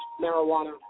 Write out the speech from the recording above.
marijuana